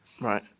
Right